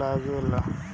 लागेला